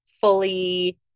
fully